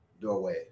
doorway